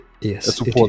Yes